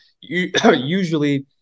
Usually